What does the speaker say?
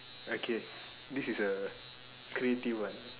okay this is a creative one